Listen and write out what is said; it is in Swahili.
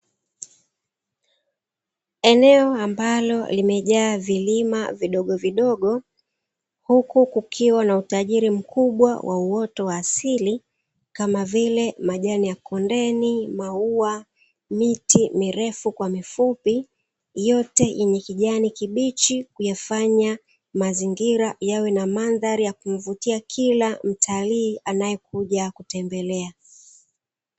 Eneo ambalo limejaa vilima vidogovidogo, huku kukiwa na utajiri mkubwa wa uoto wa asili, kama vile: majani ya kondeni, maua, miti mirefu kwa mifupi, yote yenye kijani kibichi, kuyafanya mazingira yawe na mandhari ya kumvutia kila mtalii anayekuja kutembelea.